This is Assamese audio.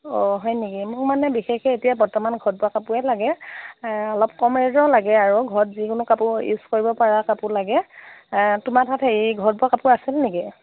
অ হয় নেকি মোক মানে বিশেষকৈ এতিয়া বৰ্তমান ঘৰত বোৱা কাপোৰে লাগে অলপ কম ৰেইঞ্জৰ লাগে আৰু ঘৰত যিকোনো কাপোৰ ইউজ কৰিব পৰা কাপোৰ লাগে তোমাৰ তাত ঘৰত বোৱা কাপোৰ আছে নেকি